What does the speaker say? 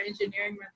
engineering